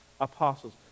apostles